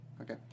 Okay